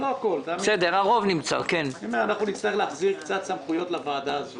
נצטרך להחזיר קצת סמכויות לוועדה הזו.